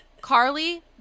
Carly